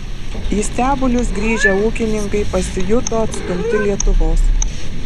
į stebulius grįžę ūkininkai pasijuto atstumti lietuvos